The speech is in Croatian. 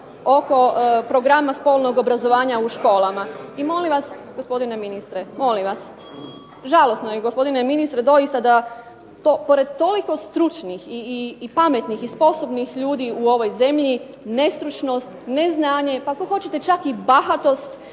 oko programa spolnog obrazovanja u školama. I molim vas, gospodine ministre, molim vas, žalosno je gospodine ministre doista da pored toliko stručnih i pametnih i sposobnih ljudi u ovoj zemlji nestručnost, neznanje pa ako hoćete čak i bahatost